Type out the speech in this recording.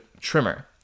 trimmer